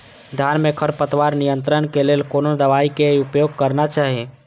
धान में खरपतवार नियंत्रण के लेल कोनो दवाई के उपयोग करना चाही?